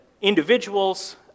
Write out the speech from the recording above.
individuals